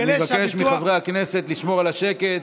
אני מבקש מחברי הכנסת לשמור על השקט.